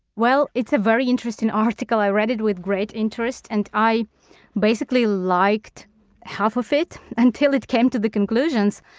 well, it's a very interesting article. i read it with great interest. and i basically liked half of it until it came to the conclusions.